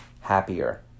happier